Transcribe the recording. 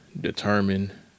Determine